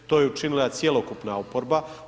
To je učinila i cjelokupna oporba.